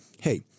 hey